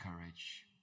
courage